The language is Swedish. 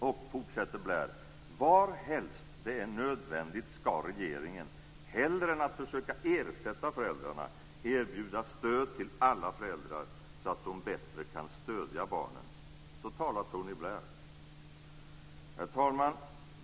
Varhelst, fortsätter Blair, det är nödvändigt skall regeringen, hellre än att försöka ersätta föräldrarna, erbjuda stöd till alla föräldrar så att de bättre kan stödja barnen. Så talar Tony Blair. Herr talman!